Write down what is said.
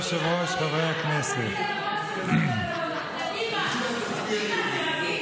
כבוד היושב-ראש, חברי הכנסת, עליזה, תצביעי נגד.